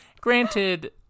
granted